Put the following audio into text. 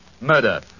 Murder